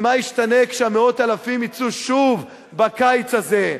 ומה ישתנה כשמאות האלפים יצאו שוב בקיץ הזה.